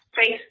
face